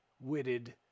witted